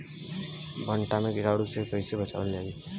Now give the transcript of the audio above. भनटा मे कीटाणु से कईसे बचावल जाई?